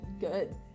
Good